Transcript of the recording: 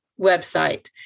website